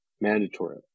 mandatory